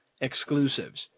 exclusives